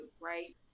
right